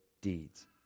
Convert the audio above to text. deeds